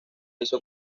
hizo